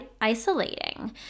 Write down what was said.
isolating